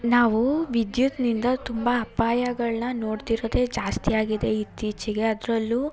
ನಾವು ವಿದ್ಯುತ್ತಿನಿಂದ ತುಂಬ ಅಪಾಯಗಳನ್ನ ನೋಡ್ತಿರೋದೇ ಜಾಸ್ತಿ ಆಗಿದೆ ಇತ್ತೀಚಿಗೆ ಅದರಲ್ಲೂ